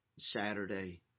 saturday